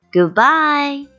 Goodbye